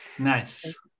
nice